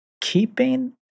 keeping